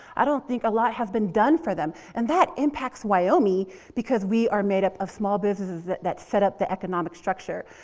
i don't think a lot has been done for them. and that impacts wyoming because we are made up of small businesses that that set up the economic structure.